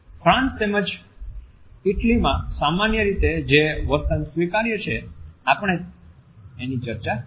France તેમજ ઇટાલીમાં સામાન્ય રીતે જે વર્તન સ્વીકાર્ય છે આપણે એની ચર્ચા કરી